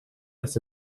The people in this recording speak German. das